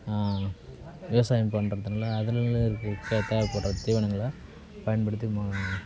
விவசாயம் பண்றதுனால் அதில் தேவைப்படுகிற தீவணங்களை பயன்படுத்தி